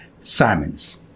Simons